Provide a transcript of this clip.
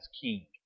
king